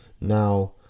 Now